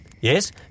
Yes